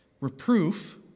Reproof